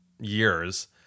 years